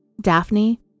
Daphne